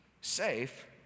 safe